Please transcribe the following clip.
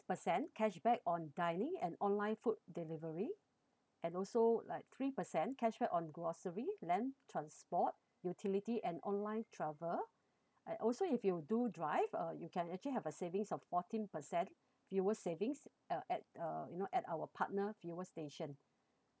percent cashback on dining and online food delivery and also like three percent cashback on grocery land transport utility and online travel and also if you do drive uh you can actually have a savings of fourteen percent fuel savings uh at uh you know at our partner fuel station